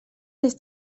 des